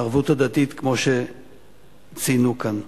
בערבות הדדית, כמו שציינו כאן.